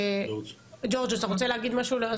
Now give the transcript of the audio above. ג'ורג' אתה רוצה להגיד משהו לסיכום?